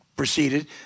Proceeded